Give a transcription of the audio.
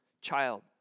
child